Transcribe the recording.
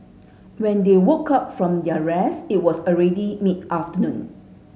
when they woke up from their rest it was already mid afternoon